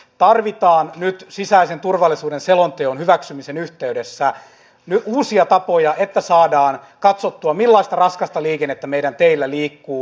tarvitaan nyt sisäisen turvallisuuden selonteon hyväksymisen yhteydessä uusia tapoja että saadaan katsottua millaista raskasta liikennettä meidän teillä liikkuu